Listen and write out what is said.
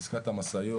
עסקת המשאיות.